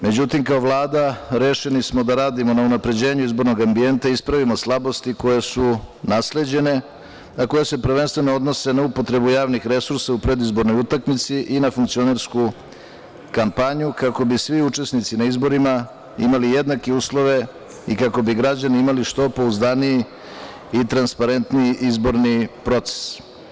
Međutim, kao Vlada rešeni smo da radimo na unapređenju izbornog ambijenta i ispravimo slabosti koje su nasleđene, a koje se prvenstveno odnose na upotrebu javnih resursa u predizbornoj utakmici i na funkcionersku kampanju kako bi svi učesnici na izborima imali jednake uslove i kako bi građani imali što pouzdaniji i transparentniji izborni proces.